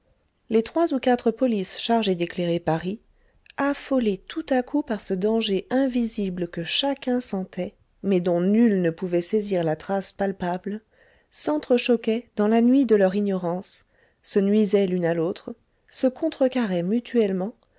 les trois ou quatre polices chargées d'éclairer paris affolées tout à coup par ce danger invisible que chacun sentait mais dont nul ne pouvait saisir la trace palpable s'entre-choquaient dans la nuit de leur ignorance se nuisaient l'une à l'autre se contrecarraient mutuellement